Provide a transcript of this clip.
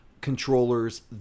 controllers